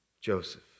Joseph